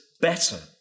better